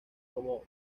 como